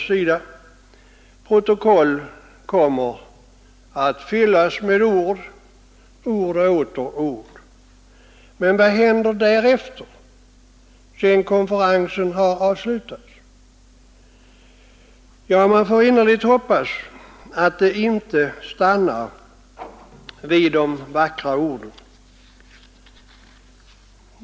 Protokoll kommer att fyllas med ord och åter ord. Men vad händer därefter, sedan konferensen har avslutats? Ja, man får innerligt hoppas att det inte stannar vid de vackra orden.